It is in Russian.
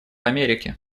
америки